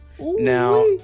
Now